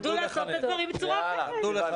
לא, בצבא נלחמים, לא במערכת החינוך.